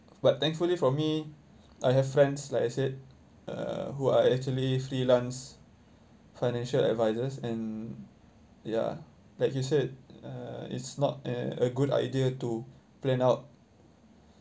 but thankfully for me I have friends like I said uh who are actually freelance financial advisors and ya like you said uh it's not a good idea to plan out